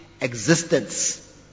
existence